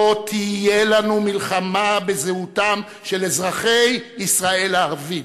תהיה לנו מלחמה בזהותם של אזרחי ישראל הערבים.